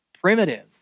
primitive